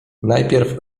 najpierw